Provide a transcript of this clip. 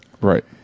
Right